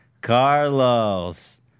Carlos